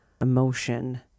emotion